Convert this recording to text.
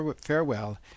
farewell